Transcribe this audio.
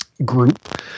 group